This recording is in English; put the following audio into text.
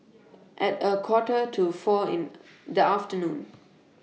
At A Quarter to four in The afternoon